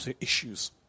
issues